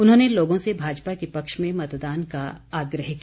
उन्होंने लोगों से भाजपा के पक्ष में मतदान का आग्रह किया